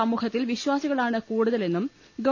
സമൂഹത്തിൽ വിശ്വാസികളാണ് കൂടുതലെന്നും ഗവ